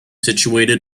situated